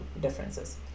differences